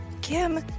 kim